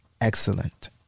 excellent